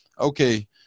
okay